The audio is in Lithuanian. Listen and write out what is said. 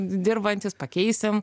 dirbantys pakeisim